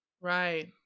Right